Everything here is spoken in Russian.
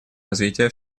развития